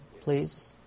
please